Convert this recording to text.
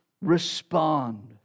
respond